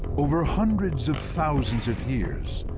over hundreds of thousands of years,